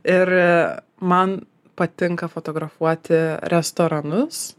ir man patinka fotografuoti restoranus